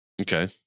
Okay